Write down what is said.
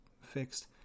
fixed